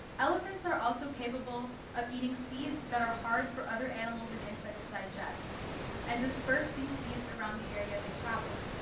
elephants are also capable of eating seeds that are hard for other animals and insects to digest and disperse these seeds around the area they travel.